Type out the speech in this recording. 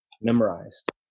memorized